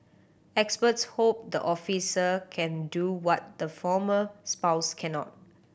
experts hope the officer can do what the former spouse cannot